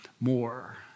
more